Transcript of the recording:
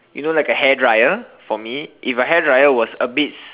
you know like a hair dryer for me if the hair dryer was a bit